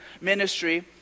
ministry